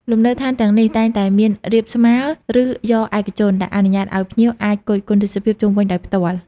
លំនៅដ្ឋានទាំងនេះតែងតែមានរាបស្មើរ ឬយ៉រឯកជន ដែលអនុញ្ញាតឲ្យភ្ញៀវអាចគយគន់ទេសភាពជុំវិញដោយផ្ទាល់។